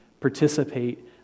participate